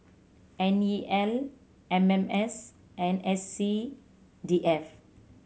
N E L M M S and S C D F